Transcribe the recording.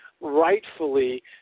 rightfully